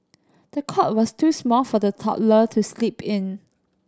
the cot was too small for the toddler to sleep in